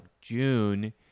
June